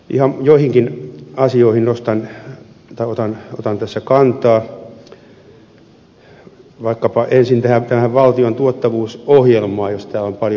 ihan joihinkin asioihin otan tässä kantaa vaikkapa ensin tähän valtion tuottavuusohjelmaan josta on paljon puhuttu